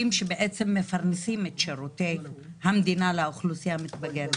שבעצם מפרנסים את שירותי המדינה לאוכלוסייה המתבגרת,